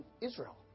Israel